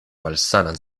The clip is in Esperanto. malsanan